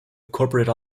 corporate